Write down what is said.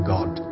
God